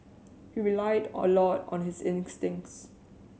he relied a lot on his instincts